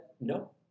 no